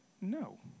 no